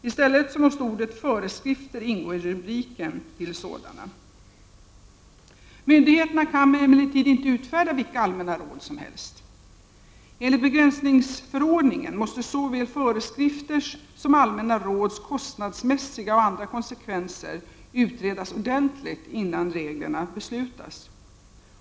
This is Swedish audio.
I stället måste ordet ”föreskrifter” ingå i rubriken till sådana. Myndigheterna kan emellertid inte utfärda vilka allmänna råd som helst. Enligt begränsningsförordningen måste såväl föreskrifters som allmänna råds kostnadsmässiga och andra konsekvenser utredas ordentligt innan reglerna beslutas.